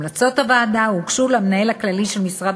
המלצות הוועדה הוגשו למנהל הכללי של משרד